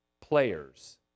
players